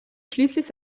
schließlich